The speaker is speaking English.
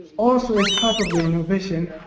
also as part of the innovation,